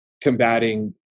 combating